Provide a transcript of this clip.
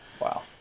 wow